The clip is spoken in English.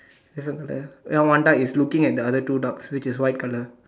different color ya one duck is looking at the other two ducks which is white color